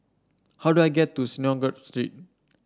how do I get to Synagogue Street